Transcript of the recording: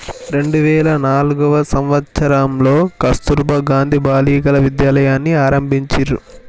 రెండు వేల నాల్గవ సంవచ్చరంలో కస్తుర్బా గాంధీ బాలికా విద్యాలయని ఆరంభించిర్రు